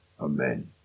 Amen